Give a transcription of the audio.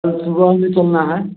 कल सुबह में चलना है